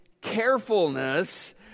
carefulness